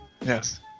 Yes